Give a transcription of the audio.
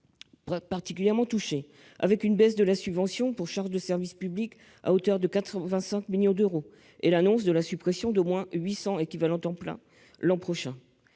particulièrement touché, avec une baisse de la subvention pour charges de service public de 85 millions d'euros et l'annonce de la suppression d'au moins 800 équivalents temps plein l'an prochain.